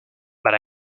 but